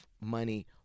money